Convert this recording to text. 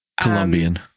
Colombian